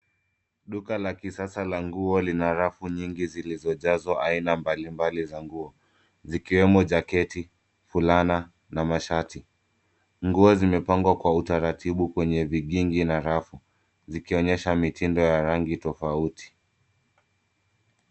Duka la kisasa la nguo lina rafu nyingi zilizojazwa aina mbali mbali za nguo zikiwemo jaketi, fulana na mashati. Nguo zimepangwa kwa utaratibu kwenye vigingi na rafu zikionyesha mitindo ya rangi tofauti.